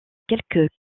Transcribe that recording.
quelques